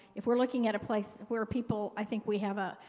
if we're looking at a place where people, i think we have a,